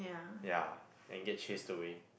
ya and get chased away